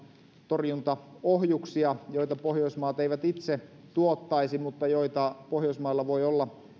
torjuntaohjuksia joita pohjoismaat eivät itse tuottaisi mutta joita pohjoismailla voi olla